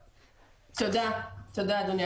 תודה, אדוני.